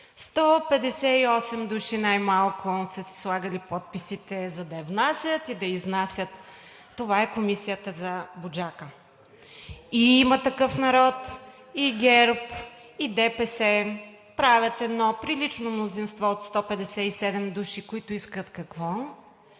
158 души най-малко са си слагали подписите, за да я внасят и да я изнасят. Това е Комисията за „Буджака“. И „Има такъв народ“, и ГЕРБ, и ДПС правят едно прилично мнозинство от 157 души, които искат какво?